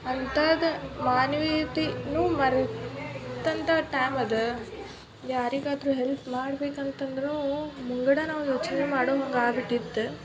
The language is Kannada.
ಅಂಥದ್ದು ಮಾನವೀಯತೆನೂ ಮರೆತಂಥ ಟೈಮ್ ಅದು ಯಾರಿಗಾದರೂ ಹೆಲ್ಪ್ ಮಾಡ್ಬೇಕು ಅಂತಂದರೂ ಮುಂಗಡ ನಾವು ಯೋಚನೆ ಮಾಡೋ ಹಂಗೆ ಆಗ್ಬಿಟ್ಟಿತ್ತು